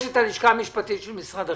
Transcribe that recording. יש את הלשכה המשפטית של משרד החינוך.